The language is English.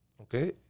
okay